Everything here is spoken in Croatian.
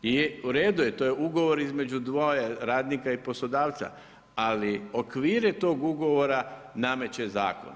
I u redu je, to je ugovor između dvoje radnika i poslodavca, ali okvire tog ugovora nameće zakon.